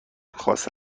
خاص